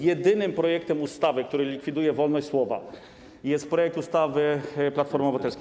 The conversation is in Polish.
Jedynym projektem ustawy, który likwiduje wolność słowa, jest projekt ustawy Platformy Obywatelskiej.